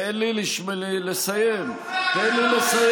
תן לי לסיים, תן לי לסיים.